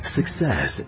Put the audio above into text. Success